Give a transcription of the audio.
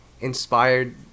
inspired